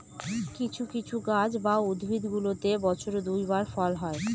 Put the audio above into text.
কিছু কিছু গাছ বা উদ্ভিদগুলোতে বছরে দুই বার ফল হয়